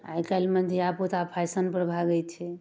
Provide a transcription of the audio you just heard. आइकाल्हिमे धिआपुता फैशनपर भागै छै